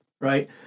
Right